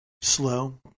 slow